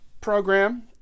program